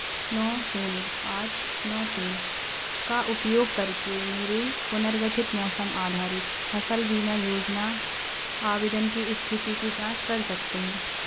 नौ शून्य आठ नौ तीन का उपयोग करके मेरे पुनर्गठित मौसम आधारित फ़सल बीमा योजना आवेदन की स्थिति की जाँच कर सकते हैं